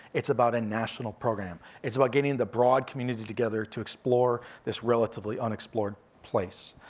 it's about a national program. it's about getting the broad community together to explore this relatively unexplored place.